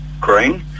Green